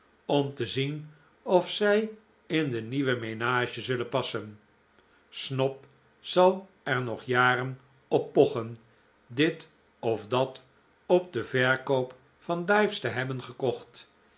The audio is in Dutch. om te zien of zij in de nieuwe menage zullen passen snob zal er nog jaren op pochen dit of dat op den verkoop van dives te hebben gekocht